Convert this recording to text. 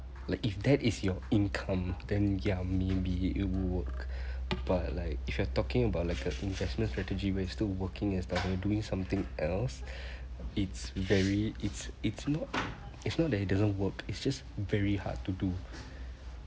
like if that is your income then ya maybe it will work but like if you are talking about an investment strategy where still working as we're doing something else it's very it's it's not it's not that it doesn't work it's just very hard to do